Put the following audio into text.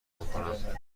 بکنم